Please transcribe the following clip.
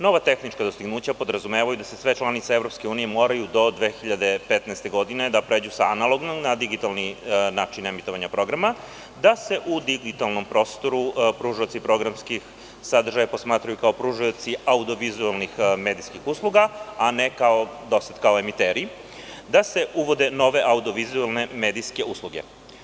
Nova tehnička dostignuća podrazumevaju da se sve članice EU moraju da do 2015. godine pređu sa analognog na digitalni način emitovanja programa, da se u digitalnom prostoru pružaoci programskih sadržaja posmatraju kao pružaoci audio-vizuelnih medijskih usluga, a ne kao do sada, kao emiteri, da se uvode nove audio-vizuelne medijske usluge.